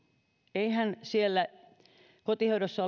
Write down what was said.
eihän siellä kotihoidossa